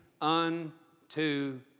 unto